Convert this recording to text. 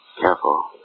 Careful